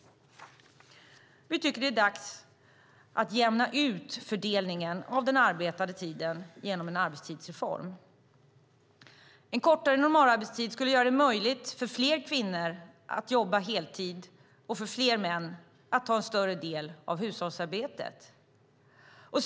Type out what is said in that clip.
Vi tycker att det är dags att jämna ut fördelningen av den arbetade tiden genom en arbetstidsreform. En kortare normalarbetstid skulle göra det möjligt för fler kvinnor att jobba heltid och för fler män att ta en större del av hushållsarbetet.